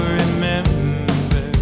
remember